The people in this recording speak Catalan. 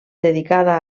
dedicada